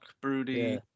broody